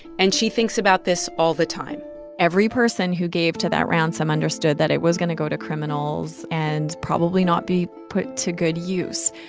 and she thinks about this all the time every person who gave to that ransom understood that it was going to go to criminals and probably not be put to good use.